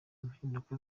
mpinduka